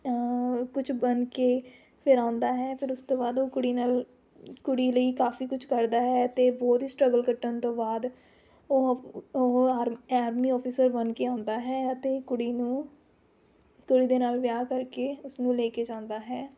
ਕੁਛ ਬਣਕੇ ਫਿਰ ਆਉਂਦਾ ਹੈ ਫਿਰ ਉਸ ਤੋਂ ਬਾਅਦ ਉਹ ਕੁੜੀ ਨਾਲ ਕੁੜੀ ਲਈ ਕਾਫੀ ਕੁਛ ਕਰਦਾ ਹੈ ਅਤੇ ਬਹੁਤ ਹੀ ਸਟਰੱਗਲ਼ ਕੱਟਣ ਤੋਂ ਬਾਅਦ ਉਹ ਉਹ ਆਰ ਆਰਮੀਂ ਆਫਿਸਰ ਬਣਕੇ ਆਉਂਦਾ ਹੈ ਅਤੇ ਕੁੜੀ ਨੂੰ ਕੁੜੀ ਦੇ ਨਾਲ ਵਿਆਹ ਕਰਕੇ ਉਸਨੂੰ ਲੈ ਕੇ ਜਾਂਦਾ ਹੈ